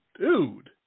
dude